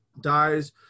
dies